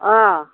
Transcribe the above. अह